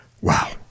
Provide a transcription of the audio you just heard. Wow